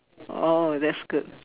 oh that's good